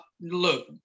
look